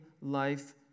life